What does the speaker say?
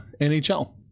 NHL